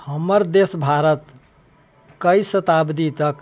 हमर देश भारत कइ शताब्दी तक